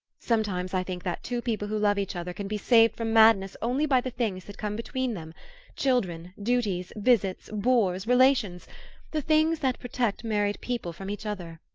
sometimes i think that two people who love each other can be saved from madness only by the things that come between them children, duties, visits, bores, relations the things that protect married people from each other.